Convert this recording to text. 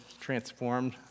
transformed